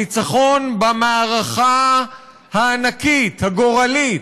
הניצחון במערכה הענקית, הגורלית,